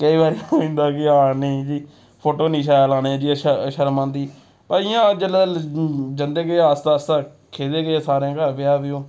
केईं बारी होई जंदा कि हां नेईं जी फोटो निं शैल आने जे शर्म आंदी पर इ'यां जेल्लै जंदे गे आस्ता आस्ता खिचदे गे सारें घर ब्याह् ब्यो